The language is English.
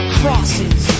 crosses